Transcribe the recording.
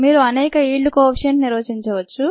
మీరు అనేక yield coefficient నిర్వచించవచ్చు